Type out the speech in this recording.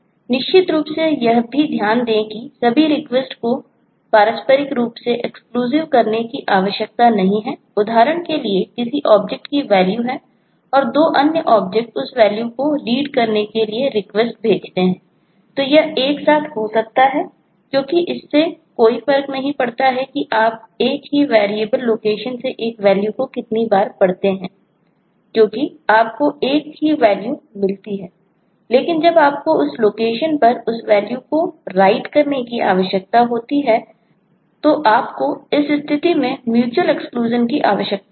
निश्चित रूप से यह भी ध्यान दें कि सभी रिक्वेस्ट की आवश्यकता होगी